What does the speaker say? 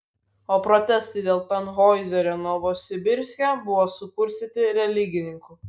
o protestai dėl tanhoizerio novosibirske buvo sukurstyti religininkų